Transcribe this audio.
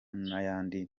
n’ayandi